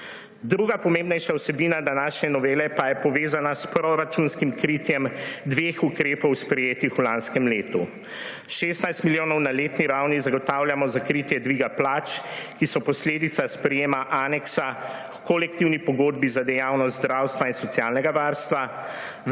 Druga pomembnejša vsebina današnje novele pa je povezana s proračunskim kritjem dveh ukrepov, sprejetih v lanskem letu. 16 milijonov na letni ravni zagotavljamo za kritje dviga plač, ki so posledica sprejetja aneksa h kolektivni pogodbi za dejavnost zdravstva in socialnega varstva,